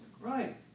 Right